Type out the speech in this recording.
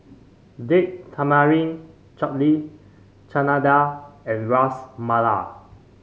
Date Tamarind Chutney Chana Dal and Ras Malai